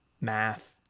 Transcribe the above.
math